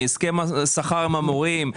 מהסכם שכר עם המורים,